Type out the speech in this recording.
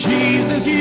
Jesus